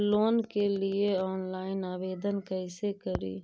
Loan के लिये online आवेदन कैसे करि?